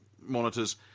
monitors